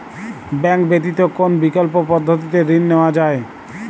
Bank ব্যতিত কোন বিকল্প পদ্ধতিতে ঋণ নেওয়া যায়?